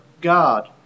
God